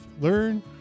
learn